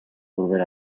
volver